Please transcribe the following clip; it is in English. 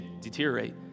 deteriorate